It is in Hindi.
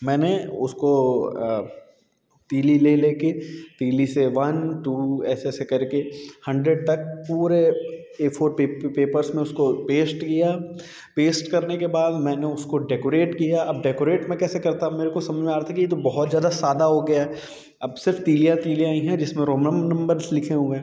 मैंने उसको तीली ले लेके तीली से वन टू ऐसे ऐसे करके हंड्रेड तक पूरे ए फोर पेपर्स में उसको पेश्ट किया पेस्ट करने के बाद मैंने उसको डेकोरेट किया अब डेकोरेट मैं कैसे करता अब मेरे को समझ में आ रहा था कि ये तो बहुत ज़्यादा सादा हो गया है अब सिर्फ तीलियां तीलियां ही हैं जिसमें रोनम नंबर्स लिखे हुए हैं